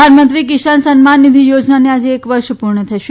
પ્રધાનમંત્રી કિશાન સન્માનનિધિ યોજનાને આજે એક વર્ષ પૂર્ણ થશે